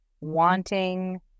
wanting